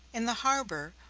in the harbor,